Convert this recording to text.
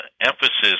emphasis